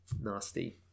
nasty